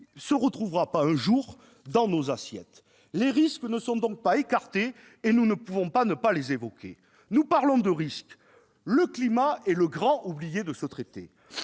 se retrouvera pas un jour dans nos assiettes ? Les risques ne sont donc pas écartés, et nous ne pouvons pas ne pas les évoquer. Nous parlons de risques, mais le climat est le grand oublié de ce traité.